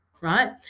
right